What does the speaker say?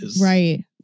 Right